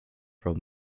from